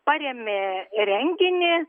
parėmė renginį